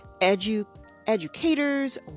educators